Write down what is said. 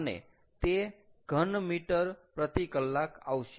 અને તે ઘન મીટર પ્રતિ કલાક આવશે